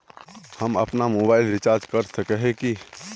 हम अपना mobile recharge कर सकय हिये की?